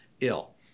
ill